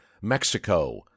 Mexico